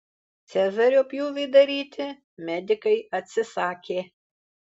cezario pjūvį daryti medikai atsisakė